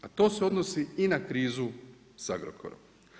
A to se odnosi i na krizu s Agrokorom.